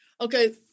Okay